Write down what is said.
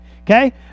okay